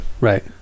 right